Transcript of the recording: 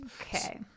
Okay